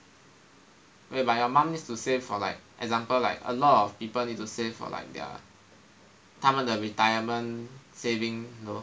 wait but your mum needs to save for like example like a lot of people need to save for like their 他们的 retirement saving no